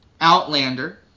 Outlander